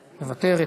מוותרת.